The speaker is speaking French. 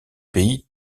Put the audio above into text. pays